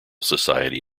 society